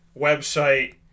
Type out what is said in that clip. website